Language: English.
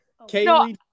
Kaylee